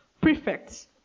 prefects